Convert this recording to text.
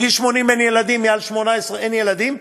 בגיל 80 אין להם ילדים,